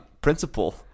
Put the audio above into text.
principle